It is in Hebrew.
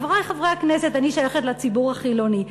חברי חברי הכנסת, אני שייכת לציבור החילוני.